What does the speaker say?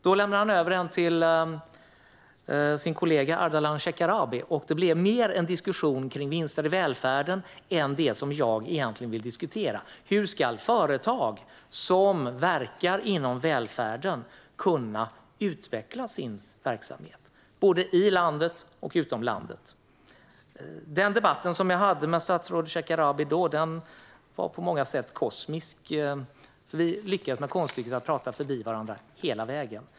Då lämnade han över den till sin kollega Ardalan Shekarabi. Det blev mer en diskussion kring vinster i välfärden än om det som jag egentligen ville diskutera: Hur ska företag som verkar inom välfärden kunna utveckla sin verksamhet både i landet och utomlands? Den debatt som jag då hade med Ardalan Shekarabi var på många sätt kosmisk. Vi lyckades med konststycket att prata förbi varandra hela tiden.